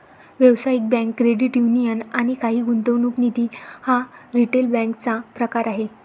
व्यावसायिक bank, credit union आणि काही गुंतवणूक निधी हा रिटेल बँकेचा प्रकार आहे